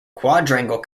quadrangle